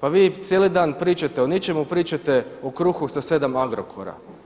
pa vi cijeli dan pričate o ničemu, pričate o kruhu sa 7 Agrokora.